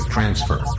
Transfer